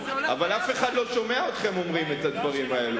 ואף אחד לא שומע אתכם אומרים את הדברים האלו.